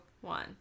one